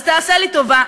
אז תעשה לי טובה,